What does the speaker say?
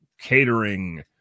Catering